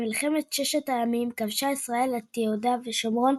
במלחמת ששת הימים, כבשה ישראל את יהודה ושומרון,